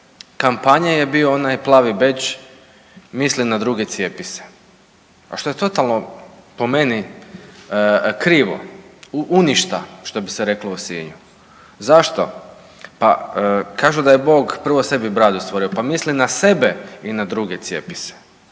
kampanje je bio onaj plavi bedž „Misli na druge, cijepi se“, a što je totalno po meni krivo, uništa, što bi se reklo u Sinju. Zašto? Pa kažu da je Bog prvo sebi bradu stvorio, pa misli na sebe i na druge cijepi se,